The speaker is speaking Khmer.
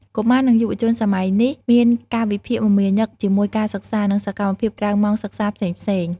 កុមារ និងយុវជនសម័យនេះមានកាលវិភាគមមាញឹកជាមួយការសិក្សា និងសកម្មភាពក្រៅម៉ោងសិក្សាផ្សេងៗ។